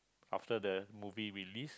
after the movie we leave